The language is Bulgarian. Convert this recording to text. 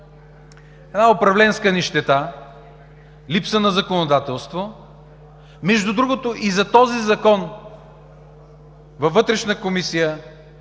Една управленска нищета, липса на законодателство, между другото и за този Закон във Вътрешна комисия